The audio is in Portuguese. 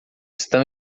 estão